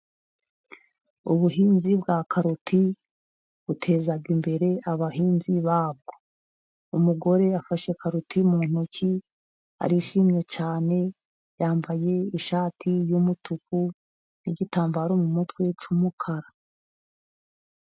Ubuhinzi bwa karoti butezaga imbere abahinzi babwo. Umugore afashe karoti mu ntoki arishimye cyane. Yambaye ishati y'umutuku n'igitambaro mu mutwe cy'umukara.